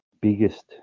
biggest